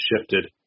shifted